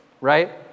right